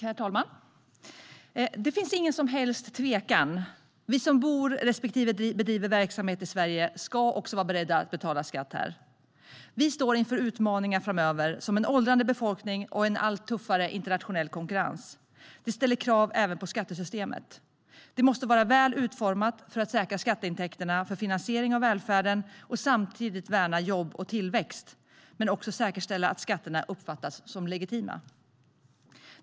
Herr talman! Det finns ingen som helst tvekan: Vi som bor respektive bedriver verksamhet i Sverige ska också vara beredda att betala skatt här. Vi står inför utmaningar framöver, såsom en åldrande befolkning och en allt tuffare internationell konkurrens. Det ställer krav även på skattesystemet. Det måste vara väl utformat för att säkra skatteintäkterna för finansiering av välfärden och samtidigt värna jobb och tillväxt, men också säkerställa att skatterna uppfattas som legitima.